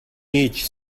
each